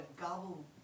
gobble